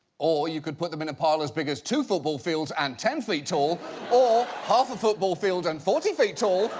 or you could put them in a pile as big as two football fields and ten feet tall or half a football field and forty feet tall.